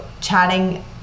chatting